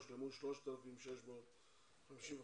הושלמו 3,655 בקשות.